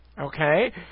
okay